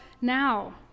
now